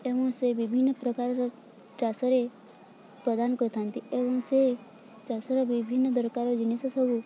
ଏବଂ ସେ ବିଭିନ୍ନ ପ୍ରକାରର ଚାଷରେ ପ୍ରଦାନ କରିଥାନ୍ତି ଏବଂ ସେ ଚାଷର ବିଭିନ୍ନ ଦରକାର ଜିନିଷ ସବୁ